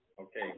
Okay